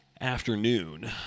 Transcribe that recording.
afternoon